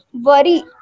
worry